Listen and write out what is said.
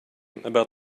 about